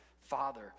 Father